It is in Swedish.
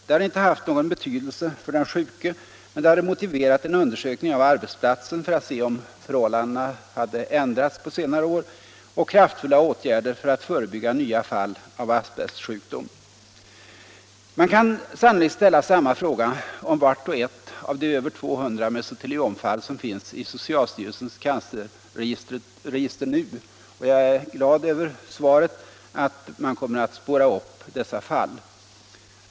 Det hade inte haft någon betydelse för den sjuke, men det hade motiverat en undersökning av arbetsplatsen för att se om förhållandena hade ändrats på senare år eller om kraftfulla åtgärder alltjämt hade varit motiverade för att förebygga nya fall av asbestsjukdom. Man kan sannolikt ställa samma fråga om vart och ett av de över 200 mesoteliomfall som finns i socialstyrelsens cancerregister nu. Jag är glad över beskedet att man kommer att spåra upp dessa fall.